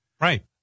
Right